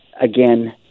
again